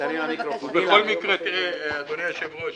אדוני היושב-ראש,